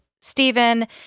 Stephen